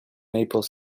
maple